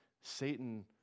Satan